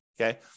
okay